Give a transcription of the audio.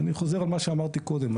אני חוזר על מה שאמרתי קודם.